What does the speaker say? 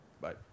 Bye